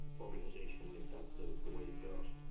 organization if that's the the way ah dos